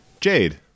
Jade